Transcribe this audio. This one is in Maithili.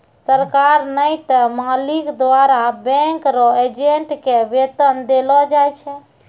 सरकार नै त मालिक द्वारा बैंक रो एजेंट के वेतन देलो जाय छै